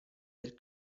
del